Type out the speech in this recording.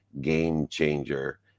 game-changer